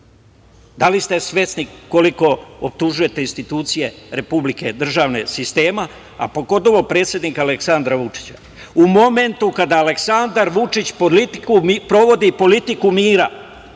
Da li ste svesni koliko optužujete institucije Republike, državne, sistema, a pogotovo predsednika Aleksandra Vučića? U momentu kada Aleksandar Vučić sprovodi politiku mira